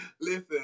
Listen